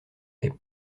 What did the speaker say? est